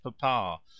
papa